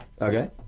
okay